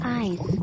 eyes